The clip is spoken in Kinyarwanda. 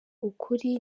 ukuri